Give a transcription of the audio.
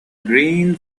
green